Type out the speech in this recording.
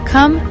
Come